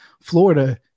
Florida